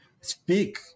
speak